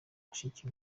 mushiki